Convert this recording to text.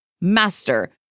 master